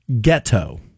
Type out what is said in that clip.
ghetto